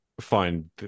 find